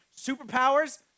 superpowers